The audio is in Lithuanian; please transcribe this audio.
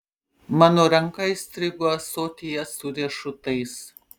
mano ranka įstrigo ąsotyje su riešutais